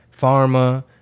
pharma